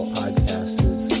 podcasts